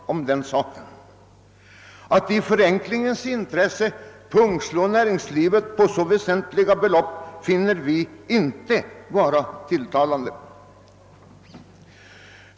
Att i förenklingens intresse pungslå näringslivet på så väsentliga belopp finner vi inte tilltalande.